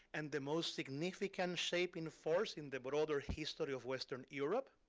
and the most significant shaping force in the broader history of western europe